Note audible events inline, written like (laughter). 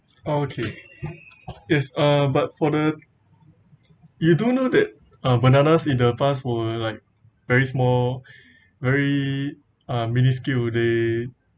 okay is uh but for the you don't know that bananas in the past were like very small (breath) very are minuscule they